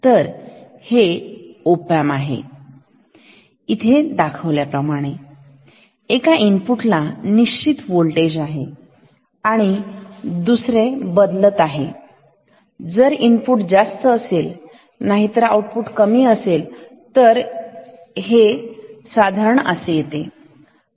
तरहे ओपन आहे इथे जोडल्याप्रमाणेएका इनपुट ला निश्चित व्होल्टेज आहे आणि दुसरे बदलत आहे जर इनपुट जास्त असेल नाहीतर आउटपुट कमी असेल जर इनपुट जास्त असेल तर हे साधा आहे